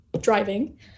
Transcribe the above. driving